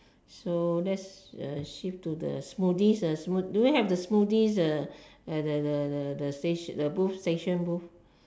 so let's uh shift to the smoothies uh smoothies do you have the smoothies the the the the station the booth station booth